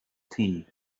tea